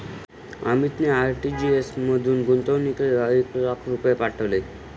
अमितने आर.टी.जी.एस मधून गुणगुनला एक लाख रुपये पाठविले